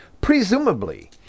Presumably